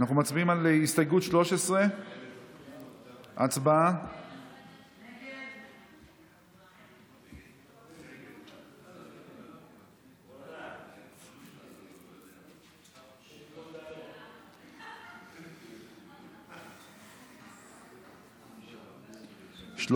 אנחנו מצביעים על הסתייגות 13. הצבעה.